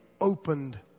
opened